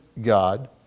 God